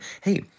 hey